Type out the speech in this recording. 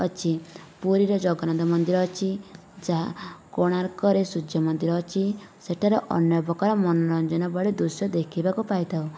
ପୁରୀରେ ଜଗନ୍ନାଥ ମନ୍ଦିର ଅଛି ଯାହା କୋଣାର୍କରେ ସୂର୍ଯ୍ୟ ମନ୍ଦିର ଅଛି ସେଠାରେ ଅନ୍ୟ ପ୍ରକାର ମନୋରଞ୍ଜନ ଭଳି ଦୃଶ୍ୟ ଦେଖିବାକୁ ପାଇଥାଉ